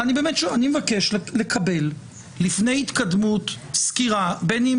אני מבקש לקבל לפני התקדמות סקירה, בין אם